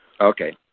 Okay